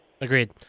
Agreed